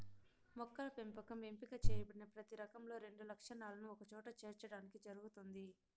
మొక్కల పెంపకం ఎంపిక చేయబడిన ప్రతి రకంలో రెండు లక్షణాలను ఒకచోట చేర్చడానికి జరుగుతుంది